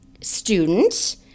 student